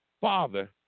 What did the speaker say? father